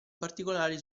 particolare